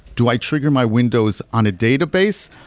do i trigger my windows on a database,